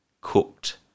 cooked